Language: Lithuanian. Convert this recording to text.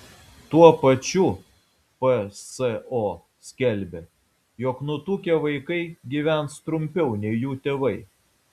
tuo pačiu pso skelbia jog nutukę vaikai gyvens trumpiau nei jų tėvai